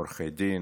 עורכי דין,